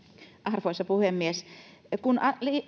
arvoisa puhemies kun